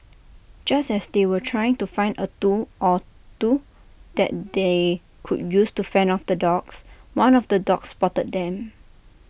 just as they were trying to find A tool or two that they could use to fend off the dogs one of the dogs spotted them